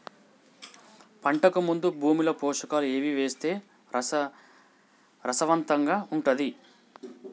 పంటకు ముందు భూమిలో పోషకాలు ఏవి వేస్తే సారవంతంగా ఉంటది?